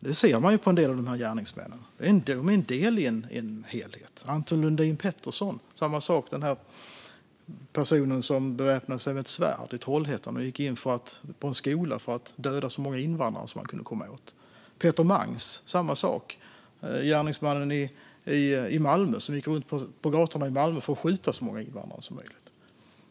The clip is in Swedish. Man ser på en del av dessa gärningsmän att de är en del av en helhet. Samma sak gäller för Anton Lundin Pettersson, den person som beväpnade sig med ett svärd i Trollhättan och som gick in på en skola för att döda så många invandrare som han kunde komma åt. Detsamma gäller för Peter Mangs, gärningsmannen i Malmö. Han gick runt på gatorna i Malmö för att skjuta så många invandrare som möjligt.